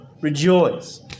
Rejoice